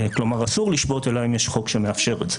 כלומר, אסור לשבות אלא אם יש חוק שמאפשר את זה.